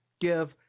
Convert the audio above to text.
give